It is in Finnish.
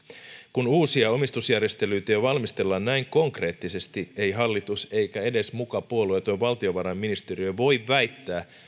kun uusia omistusjärjestelyitä jo valmistellaan näin konkreettisesti ei hallitus eikä edes muka puolueeton valtiovarainministeriö voi väittää